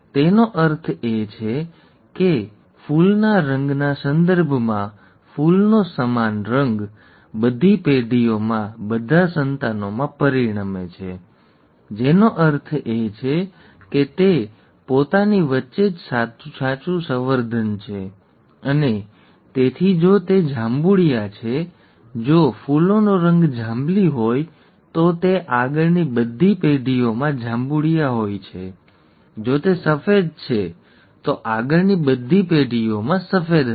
તેનો અર્થ એ છે કે ફૂલના રંગના સંદર્ભમાં ફૂલનો સમાન રંગ બધી પેઢીઓમાં બધા સંતાનોમાં પરિણમે છે ઠીક છે જેનો અર્થ એ છે કે તે પોતાની વચ્ચે જ સાચું સંવર્ધન છે અને તેથી જો તે જાંબુડિયા છે જો ફૂલોનો રંગ જાંબલી હોય તો તે આગળની બધી પેઢીઓમાં જાંબુડિયા હોય છે જો તે સફેદ છે તો તે આગળની બધી પેઢીઓમાં સફેદ છે